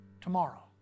tomorrow